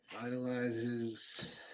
Vitalizes